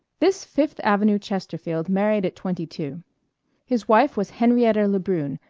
this fifth avenue chesterfield married at twenty-two. his wife was henrietta lebrune,